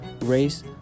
race